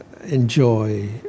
enjoy